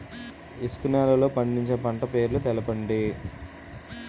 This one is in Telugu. ఇసుక నేలల్లో పండించే పంట పేర్లు తెలపండి?